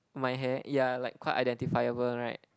my hair yeah like quite identifiable right